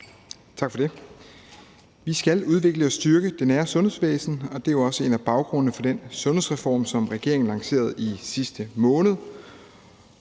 Tak for det. Vi skal udvikle og styrke det nære sundhedsvæsen, og det er jo også en af baggrundene for den sundhedsreform, som regeringen lancerede i sidste måned,